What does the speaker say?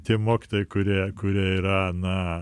tie mokytojai kurie kurie yra na